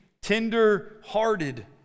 tender-hearted